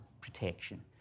protection